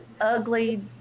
ugly